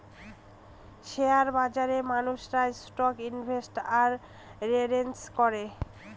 share বাজারে মানুষেরা stock invest আর এক্সচেঞ্জ করে